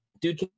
dude